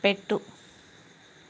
పెట్టు